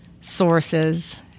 sources